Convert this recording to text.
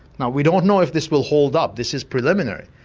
now we don't know if this will hold up, this is preliminary,